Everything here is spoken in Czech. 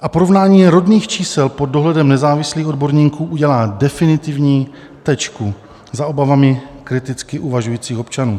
a porovnání rodných čísel pod dohledem nezávislých odborníků udělá definitivní tečku za obavami kriticky uvažujících občanů.